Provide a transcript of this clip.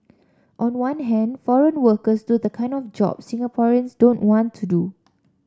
on one hand foreign workers do the kind of jobs Singaporeans don't want to do